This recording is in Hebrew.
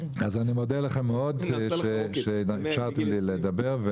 אז אני מודה לך מאוד שאפשרת לי לדבר.